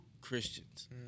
christians